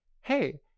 Hey